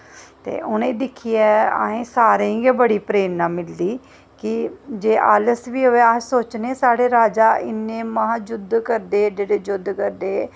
ते उ'नेंगी दिक्खियै असें सारें गी गै बड़ी प्रेरणा मिलदी कि जे आलस बी होऐ अस सोचने साढ़े राजा इ'न्ने महा युद्ध करदे हे एड्डे एड्डे युद्ध करदे हे